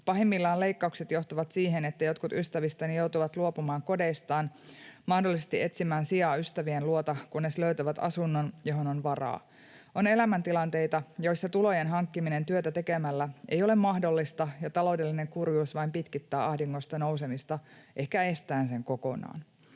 Pahimmillaan leikkaukset johtavat siihen, että jotkut ystävistäni joutuvat luopumaan kodeistaan, mahdollisesti etsimään sijaa ystävien luota, kunnes löytävät asunnon, johon on varaa. On elämäntilanteita, joissa tulojen hankkiminen työtä tekemällä ei ole mahdollista ja taloudellinen kurjuus vain pitkittää ahdingosta nousemista ehkä estäen sen kokonaan.”